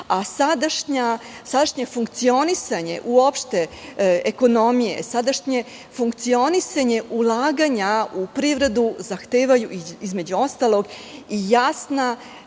itd. Sadašnje funkcionisanje uopšte ekonomije, sadašnje funkcionisanje ulaganja u privredu zahtevaju, između ostalog, jasne